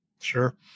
Sure